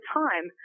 time